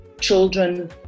children